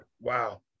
Wow